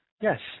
Yes